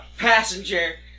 Passenger